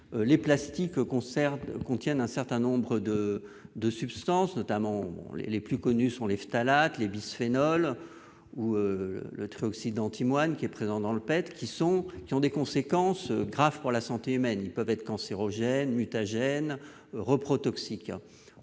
conserves contiennent un certain nombre de de substances, notamment les plus connus sont les phtalates, le bisphénol ou le très Occident Team One, qui est présent dans le poète qui sont, qui ont des conséquences graves pour la santé humaine, ils peuvent être cancérogènes, mutagènes, reprotoxiques,